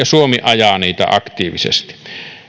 suomi ajaa niitä aktiivisesti